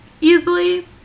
easily